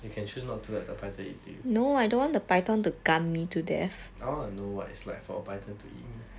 you can choose not to let the python eat you I want to know what it's like for a python to eat me